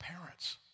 parents